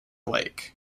lake